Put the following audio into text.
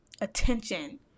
attention